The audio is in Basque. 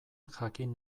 jakin